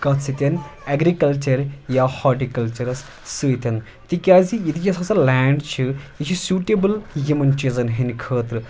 کَتھ سۭتۍ اٮ۪گرِکَلچَر یا ہاٹہِ کَلچَرَس سۭتۍ تِکیازِ ییٚتہِ یۄس ہَسا لینٛڈ چھِ یہِ چھِ سیٚوٹیبٕل یِمَن چیٖزَن ہِنٛد خٲطرٕ